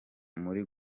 muri